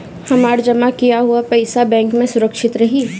हमार जमा किया हुआ पईसा बैंक में सुरक्षित रहीं?